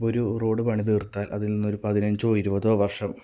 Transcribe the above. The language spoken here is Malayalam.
ഒരു റോഡ് പണിതീർത്താൽ അതിൽ നിന്ന് ഒരു പതിനഞ്ചോ ഇരുവതോ വർഷം